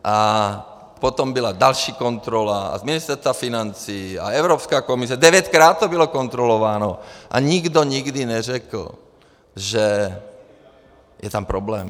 A potom byla další kontrola z Ministerstva financí a Evropská komise, devětkrát to bylo kontrolováno a nikdo nikdy neřekl, že je tam problém.